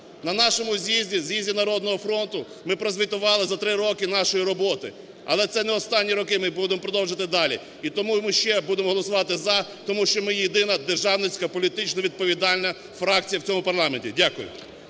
На нашому з'їзді, з'їзді "Народного фронту", ми прозвітували за 3 роки нашої роботи. Але це не останні роки, ми будемо продовжувати далі. І тому ми ще будемо голосувати "за", тому що ми єдина державницька політично відповідальна фракція в цьому парламенті. Дякую.